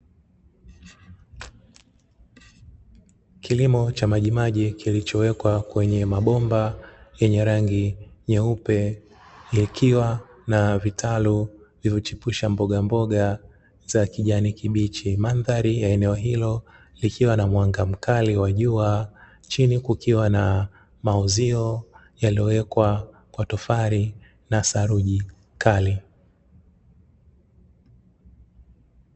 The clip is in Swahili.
Kilimo cha majimaji kilichowekwa kwenye mabomba yenye rangi nyeupe, likiwa na vitalu vilivyochipusha mbogamboga za kijani kibichi. Mandhari ya eneo hilo likiwa na mwanga mkali wa jua. Chini kukiwa na mauzio yaliyowekwa kwa tofali na saruji kali.